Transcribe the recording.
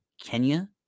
Kenya